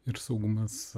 ir saugumas